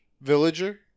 villager